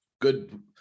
good